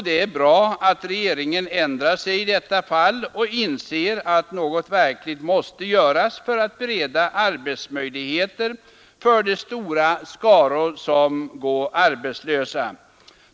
Det är bra att regeringen ändrat sig i detta fall och insett att något verkligen måste göras för att bereda arbetsmöjligheter åt de stora skaror som går arbetslösa.